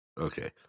okay